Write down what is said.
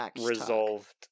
resolved